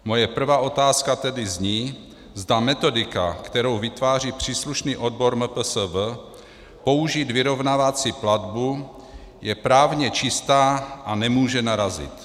Moje prvá otázka tedy zní, zda metodika, kterou vytváří příslušný odbor MPSV, použít vyrovnávací platbu je právně čistá a nemůže narazit.